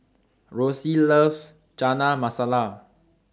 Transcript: Roxie loves Chana Masala